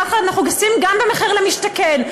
ככה אנחנו עושים גם במחיר למשתכן,